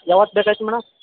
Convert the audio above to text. ಯಾವತ್ತು ಬೇಕಾಗಿತ್ ಮೇಡಮ್